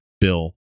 bill